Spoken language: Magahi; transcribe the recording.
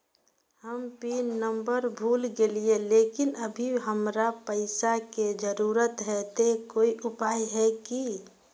हम पिन नंबर भूल गेलिये लेकिन अभी हमरा पैसा के जरुरत है ते कोई उपाय है की?